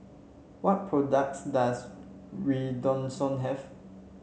what products does Redoxon have